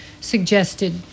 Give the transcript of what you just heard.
suggested